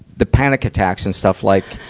the panic attacks and stuff like,